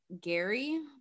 gary